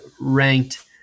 ranked